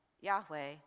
Yahweh